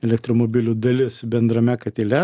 elektromobilių dalis bendrame katile